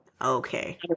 Okay